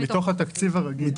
מתוך התקציב הרגיל.